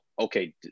okay